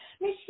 Miss